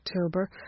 October